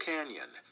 Canyon